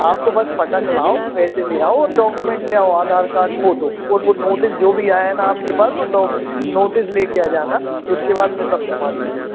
आप तो बस पटक लाओ पैसे ले आओ और डॉक्यूमेंट ले आओ आधार कार्ड फोटो और वह नोटिस जो भी आया है ना आपके पास वह डॉ नोटिस ले कर आ जाना उसके बाद मैं सब संभाल लूँगा